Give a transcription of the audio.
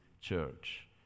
church